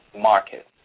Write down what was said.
market